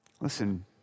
Listen